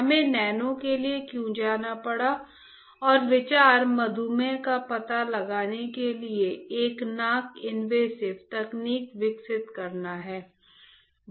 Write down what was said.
हमें नैनो के लिए क्यों जाना पड़ा और विचार मधुमेह का पता लगाने के लिए एक नॉन इनवेसिव तकनीक विकसित करना है